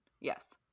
yes